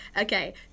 okay